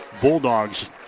Bulldogs